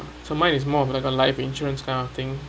so mine is more of like a life insurance kind of thing